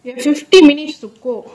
you have fifty minutes to go